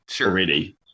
already